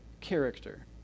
character